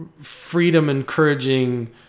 freedom-encouraging